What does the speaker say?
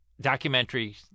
documentary